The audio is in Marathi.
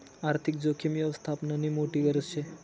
आर्थिक जोखीम यवस्थापननी मोठी गरज शे